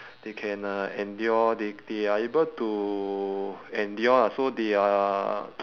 they can uh endure they they are able to endure lah so they are